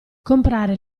comprare